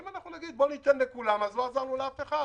אם נגיד: בואו ניתן לכולם, לא עזרנו לאף אחד.